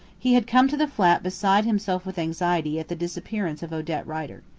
he had come to the flat beside himself with anxiety at the disappearance of odette rider.